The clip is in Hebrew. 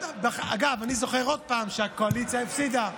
אגב, אני זוכר עוד פעם שהקואליציה הפסידה.